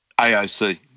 AOC